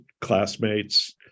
classmates